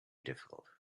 difficult